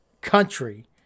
country